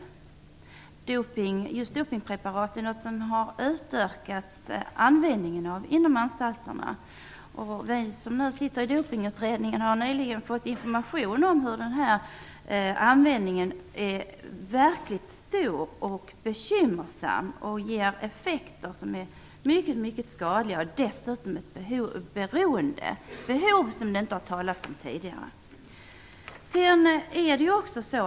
Just användningen av dopningspreparat har ökat inom anstalterna. Vi som sitter i Dopningsutredningen har nyligen fått information om att användningen av dessa preparat är verkligt stor och bekymmersam. Den ger effekter som är mycket skadliga och skapar dessutom ett beroende, som det inte har talats om tidigare.